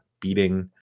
beating